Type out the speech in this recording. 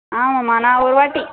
ஆமாம்மா நான் நான் ஒருவாட்டி